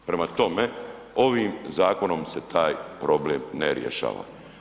Prema tome, ovim zakonom se taj problem ne rješava.